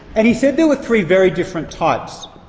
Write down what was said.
and he said there were three very different types.